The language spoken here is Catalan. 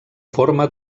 forma